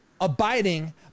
abiding